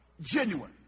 Genuine